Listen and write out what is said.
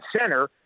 center